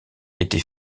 était